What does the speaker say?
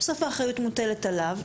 בסוף האחריות מוטלת עליו.